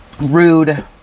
rude